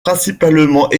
principalement